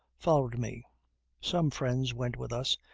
followed me some friends went with us,